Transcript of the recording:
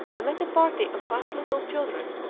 i met a party of five little children,